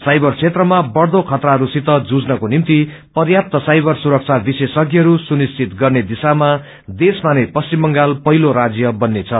सावर क्षेत्रमा बढ़दो खतराहरू सित जुझनको निभ्ति प्याप्त साइवर सुरक्षा विश्रेषज्ञहरू सुनिश्वित गर्ने दिशामा देश्मा नै पश्विम बंगाल पहिलो राज्य बन्नेछ